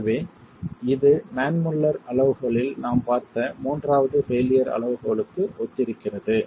எனவே இது மன் முல்லர் அளவுகோலில் நாம் பார்த்த மூன்றாவது பெயிலியர் அளவுகோலுக்கு ஒத்திருக்கிறது